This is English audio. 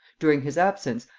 during his absence,